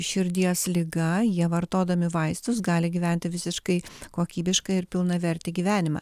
širdies liga jie vartodami vaistus gali gyventi visiškai kokybišką ir pilnavertį gyvenimą